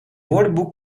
woordenboek